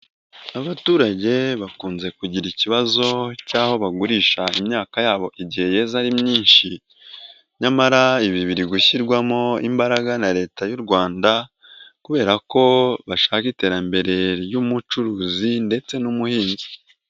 Abaturage bakunze kugira ikibazo cy'aho bagurisha imyaka yabo igihe ye ari myinshi, nyamara ibi biri gushyirwamo imbaraga na Leta y'u Rwanda kubera ko bashaka iterambere ry'umucuruzi ndetse n'ubuhinzi.